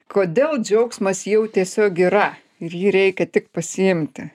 kodėl džiaugsmas jau tiesiog yra ir jį reikia tik pasiimti